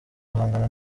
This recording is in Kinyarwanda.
guhangana